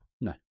No